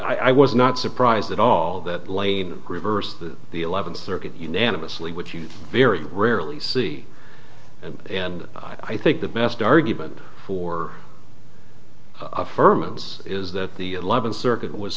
just i was not surprised at all that lane reversed the eleventh circuit unanimously which you very rarely see and i think the best argument for firms is that the eleventh circuit was